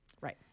Right